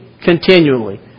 continually